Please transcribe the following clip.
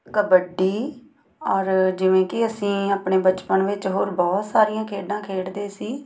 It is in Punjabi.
ਕਬੱਡੀ ਔਰ ਜਿਵੇਂ ਕਿ ਅਸੀਂ ਆਪਣੇ ਬਚਪਨ ਵਿੱਚ ਹੋਰ ਬਹੁਤ ਸਾਰੀਆਂ ਖੇਡਾਂ ਖੇਡਦੇ ਸੀ